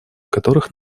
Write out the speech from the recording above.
которых